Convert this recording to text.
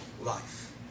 life